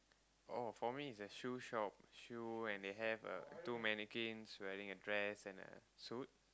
oh for me it's a shoe shop shoe and they have a two mannequins wearing a dress and a suit